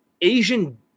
Asian